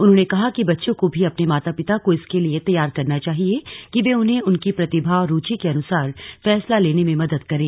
उन्होंने कहा कि बच्चों को भी अपने माता पिता को इसके लिए तैयार करना चाहिए कि वे उन्हें उनकी प्रतिभा और रूचि के अनुसार फैसला लेने में मदद करें